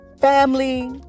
family